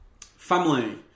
Family